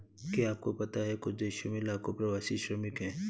क्या आपको पता है कुछ देशों में लाखों प्रवासी श्रमिक हैं?